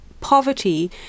poverty